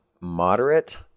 moderate